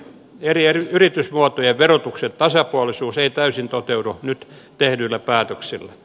eri yritysmuotojen verotuksen tasapuolisuus ei täysin toteudu nyt tehdyillä päätöksillä